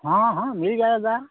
हाँ हाँ मिल जाएगा